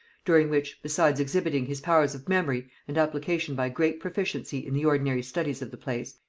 during which, besides exhibiting his powers of memory and application by great proficiency in the ordinary studies of the place,